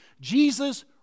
Jesus